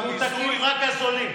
הוא הולך במיסוי רק על זולים.